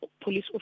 police